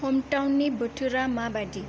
हमटाउननि बोथोरा माबादि